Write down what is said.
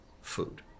food